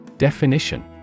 Definition